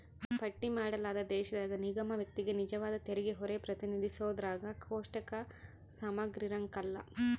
ಪಟ್ಟಿ ಮಾಡಲಾದ ದೇಶದಾಗ ನಿಗಮ ವ್ಯಕ್ತಿಗೆ ನಿಜವಾದ ತೆರಿಗೆಹೊರೆ ಪ್ರತಿನಿಧಿಸೋದ್ರಾಗ ಕೋಷ್ಟಕ ಸಮಗ್ರಿರಂಕಲ್ಲ